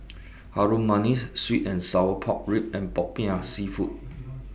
Harum Manis Sweet and Sour Pork Ribs and Popiah Seafood